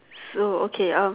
so okay um